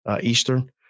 Eastern